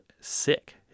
sick